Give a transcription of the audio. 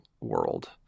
world